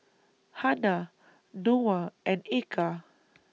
Hana Noah and Eka